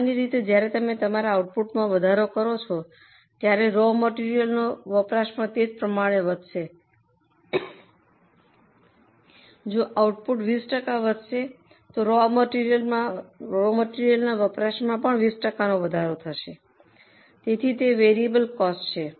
સામાન્ય રીતે જ્યારે તમે તમારા આઉટપુટમાં વધારો કરો છો ત્યારે રો મટેરીઅલનો વપરાશ પણ તે જ પ્રમાણમાં વધશે જો આઉટપુટ 20 ટકા વધશે રો મટેરીઅલના વપરાશમાં પણ 20 ટકાનો વધારો થશે તેથી તે વેરિયેબલ કોસ્ટ છે